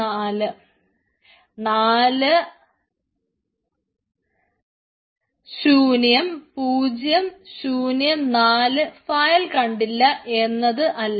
4 0 4 file കണ്ടില്ല എന്ന് അല്ല